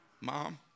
Mom